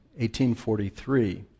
1843